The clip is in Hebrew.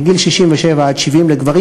מגיל 67 עד 70 לגברים,